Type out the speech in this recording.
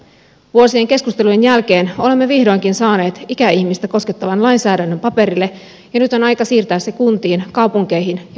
vuosien keskustelujen jälkeen olemme vihdoinkin saaneet ikäihmistä koskettavan lainsäädännön paperille ja nyt on aika siirtää se kuntiin kaupunkeihin ja vanhustenhoivalaitoksiin